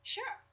Sure